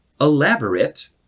elaborate